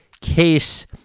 case